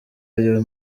ayo